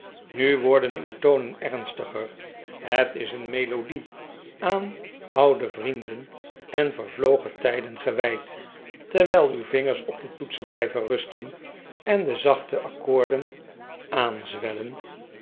nu worden uw tonen ernstiger het is een melodie aan oude vrienden en vervlogen tijden gewijd terwijl uw vingers op de toetsen blijven rusten en de zachte accoorden aanzwellen